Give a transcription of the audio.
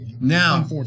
Now